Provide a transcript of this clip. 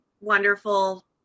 wonderful